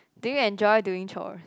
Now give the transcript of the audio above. do you enjoy doing chores